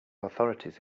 authorities